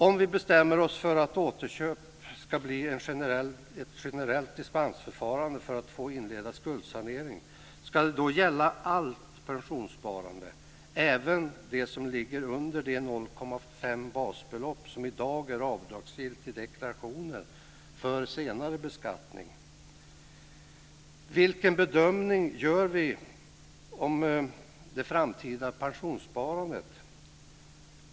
Om vi bestämmer oss för att återköp ska bli ett generellt dispensförfarande för att få inleda skuldsanering, ska det då gälla allt pensionssparande, även det som ligger under de 0,5 basbelopp som i dag är avdragsgillt i deklarationen för senare beskattning? Vilken bedömning gör vi av det framtida pensionssparandet?